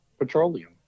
petroleum